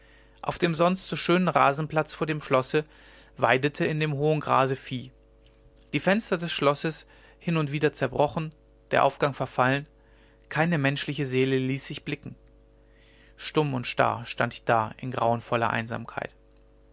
auf dem sonst so schönen rasenplatz vor dem schlosse weidete in dem hohen grase vieh die fenster des schlosses hin und wieder zerbrochen der aufgang verfallen keine menschliche seele ließ sich blicken stumm und starr stand ich da in grauenvoller einsamkeit